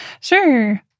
Sure